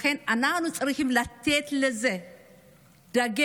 לכן אנחנו צריכים לתת לזה דגש.